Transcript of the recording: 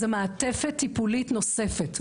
זה מעטפת טיפולית נוספת,